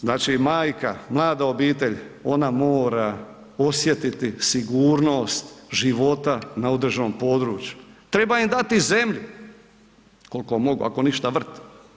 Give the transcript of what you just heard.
Znači majka, mlada obitelj, ona mora osjetiti sigurnost života na određenom području, treba im dati zemlju koliko mogu, ako ništa, vrt.